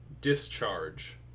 Discharge